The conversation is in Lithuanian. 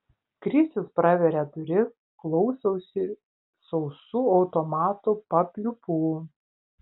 krisius praveria duris klausosi sausų automato papliūpų